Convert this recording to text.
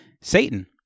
Satan